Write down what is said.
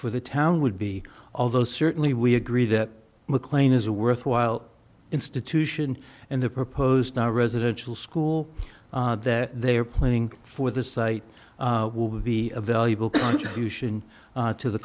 for the town would be although certainly we agree that mclean is a worthwhile institution and the proposed now residential school that they are planning for the site will be a valuable contribution to the